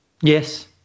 Yes